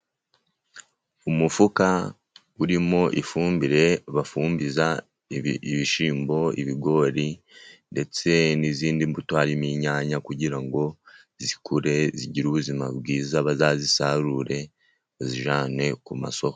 Umufuka urimo ifumbire bafumbiza ibishyimbo, ibigori, ndetse n'izindi mbuto, haririmo inyanya, kugira ngo zikure zigire ubuzima bwiza, bazazisarure bazijyane ku masoko.